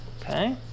Okay